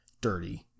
dirty